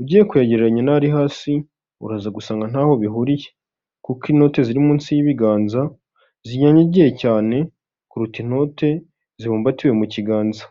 Ugiye kwegereranya n' ari hasi uraza gusanga ntaho bihuriye, kuko inoti ziri munsi y'ibiganza zinyanyagiye cyane kuruta inote zibumbatiwe mu kiganza.